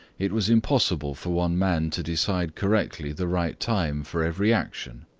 it was impossible for one man to decide correctly the right time for every action,